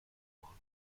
machen